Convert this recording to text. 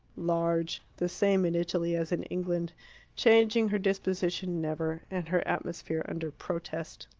large the same in italy as in england changing her disposition never, and her atmosphere under protest.